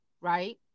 right